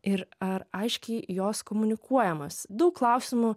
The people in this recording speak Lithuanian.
ir ar aiškiai jos komunikuojamos daug klausimų